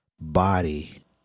body